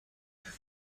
زرنگه